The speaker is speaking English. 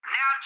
Now